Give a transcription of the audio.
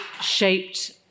shaped